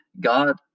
God